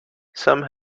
some